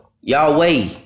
Yahweh